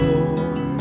Lord